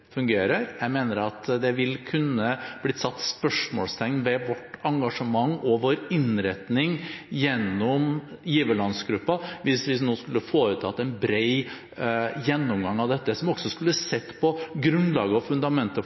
fungerer. Jeg mener at det vil kunne bli satt spørsmålstegn ved vårt engasjement og vår innretning gjennom giverlandsgruppen hvis vi nå skulle foreta en bred gjennomgang av dette, som også skulle sett på grunnlaget og fundamentet